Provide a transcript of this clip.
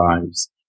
lives